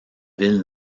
ville